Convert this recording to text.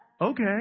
Okay